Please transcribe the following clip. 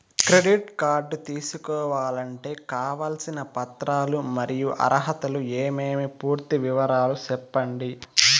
Credit card తీసుకోవాలంటే కావాల్సిన పత్రాలు మరియు అర్హతలు ఏమేమి పూర్తి వివరాలు సెప్పండి?